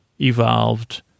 evolved